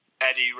Eddie